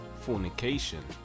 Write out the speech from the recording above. fornication